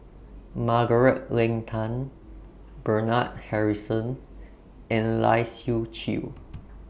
Margaret Leng Tan Bernard Harrison and Lai Siu Chiu